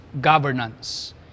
governance